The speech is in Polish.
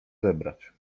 zebrać